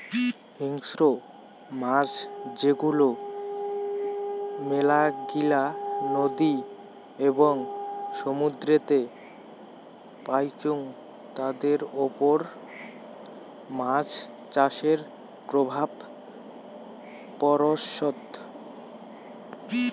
হিংস্র মাছ যেগুলো মেলাগিলা নদী এবং সমুদ্রেতে পাইচুঙ তাদের ওপর মাছ চাষের প্রভাব পড়সৎ